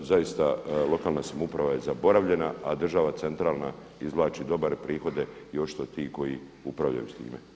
Zaista lokalna samouprave je zaboravljena a država centralna izvlači dobre prihode i očito ti koji upravljaju s time.